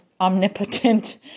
omnipotent